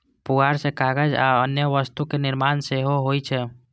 पुआर सं कागज आ अन्य वस्तुक निर्माण सेहो होइ छै